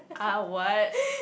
!huh! what